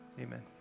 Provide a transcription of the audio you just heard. amen